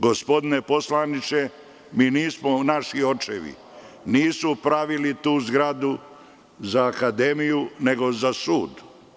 Gospodine poslaniče, naši očevi nisu pravili tu zgradu za akademiju, nego za sud.